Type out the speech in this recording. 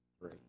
three